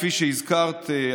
כפי שהזכרת,